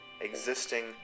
existing